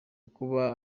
kuba